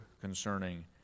concerning